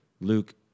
Luke